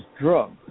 drug